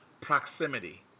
proximity